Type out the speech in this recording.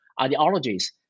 ideologies